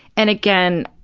and again,